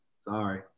sorry